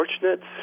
fortunate